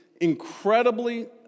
incredibly